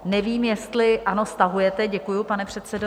Nevím, jestli ano, stahujete, děkuji, pane předsedo.